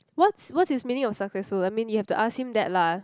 what's what's his meaning of successful I mean you have to ask him that lah